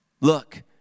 Look